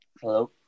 Hello